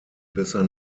besser